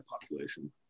population